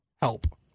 Help